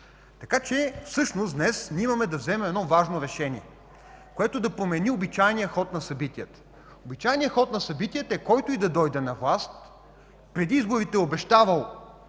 Всъщност днес трябва да вземем важно решение, което да промени обичайния ход на събитията. Обичайният ход на събитията е – който и да дойде на власт, преди изборите обещавал